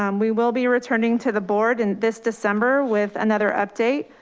um we will be returning to the board and this december with another update.